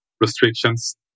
restrictions